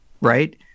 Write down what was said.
right